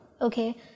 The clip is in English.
okay